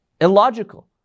illogical